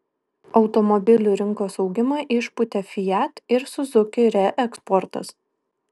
automobilių rinkos augimą išpūtė fiat ir suzuki reeksportas